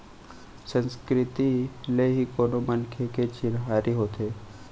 संस्कृति ले ही कोनो मनखे के चिन्हारी होथे